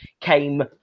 came